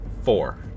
Four